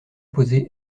posée